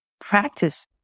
practice